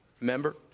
Remember